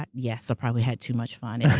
but yes. i probably had too much fun. and